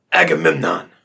Agamemnon